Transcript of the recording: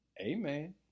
Amen